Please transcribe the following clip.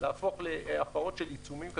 להפוך להפרות של עיצומים כספיים.